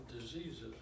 diseases